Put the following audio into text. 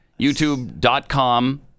YouTube.com